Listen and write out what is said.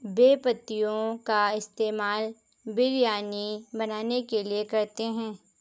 बे पत्तियों का इस्तेमाल बिरयानी बनाने के लिए करते हैं